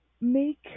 make